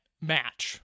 match